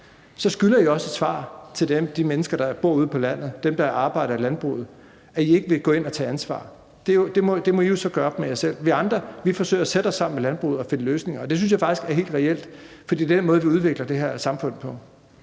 skylder man også et svar til de mennesker, der bor ude på landet, og dem, der arbejder i landbruget, på, hvorfor man ikke vil gå ind at tage ansvar. Det må man jo så gøre op med sig selv. Vi andre forsøger at sætte os sammen med landbruget og finde løsninger, og det synes jeg faktisk er helt reelt, for det er den måde, vi udvikler det her samfund på.